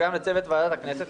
וגם לצוות ועדת הכנסת,